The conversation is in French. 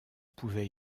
pouvait